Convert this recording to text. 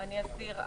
אני אסביר.